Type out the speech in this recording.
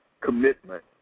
commitment